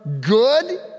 good